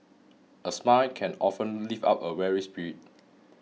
a smile can often lift up a weary spirit